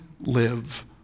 live